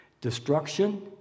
destruction